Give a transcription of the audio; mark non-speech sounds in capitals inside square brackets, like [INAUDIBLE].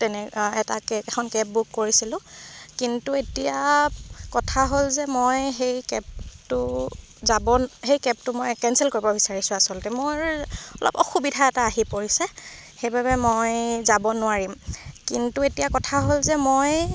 তেনে এটা [UNINTELLIGIBLE] এখন কেব বুক কৰিছিলোঁ কিন্তু এতিয়া কথা হ'ল যে মই সেই কেবটো যাবন সেই কেবটো মই কেঞ্চেল কৰিব বিচাৰিছোঁ আচলতে মোৰ অলপ অসুবিধা এটা আহি পৰিছে সেইবাবে মই যাব নোৱাৰিম কিন্তু এতিয়া কথা হ'ল যে মই